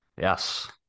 Yes